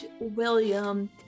William